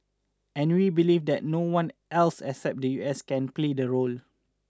and we believe that no one else except the U S can play the role